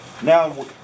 Now